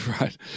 Right